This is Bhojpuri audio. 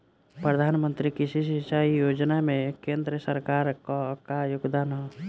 प्रधानमंत्री कृषि सिंचाई योजना में केंद्र सरकार क का योगदान ह?